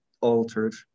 altered